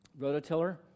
rototiller